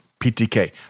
PTK